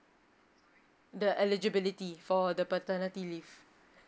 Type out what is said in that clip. the eligibility for the paternity leave